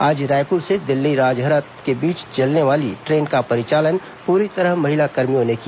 आज रायपुर से दल्लीराजहरा के बीच चलने वाली ट्रेन का परिचालन पूरी तरह महिला कर्मियों ने किया